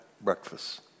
breakfast